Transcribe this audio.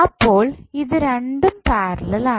അപ്പോൾ ഇത് രണ്ടും പാരലൽ ആണ്